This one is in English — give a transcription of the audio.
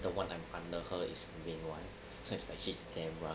the one I'm under her is the main [one] so like she's damn rushed